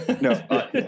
No